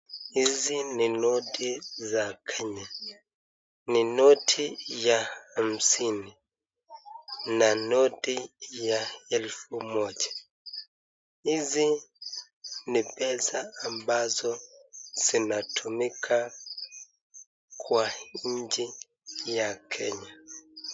Hizi ni noti za Kenya. Ni noti ya hamsini na noti ya elfu moja. Hizi ni pesa ambazo zinatumika kwa nchi ya Kenya.